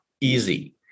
easy